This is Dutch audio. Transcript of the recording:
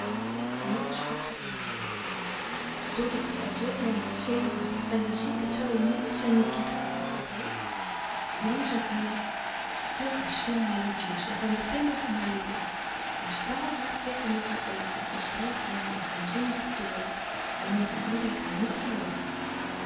nog sprak zij alleen doddy is al zoo lang zenuwachtig bijna ziek het zoû een moord zijn niet toe te geven otto langzaam aan klonk hare stem melodieus en kwam de glimlach om haar lippen maar staalhard blikten nog haar oogen als dreigde zij met een geheimzinnigen toorn wanneer van oudijck haar niet geloofde